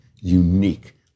unique